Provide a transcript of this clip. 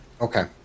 okay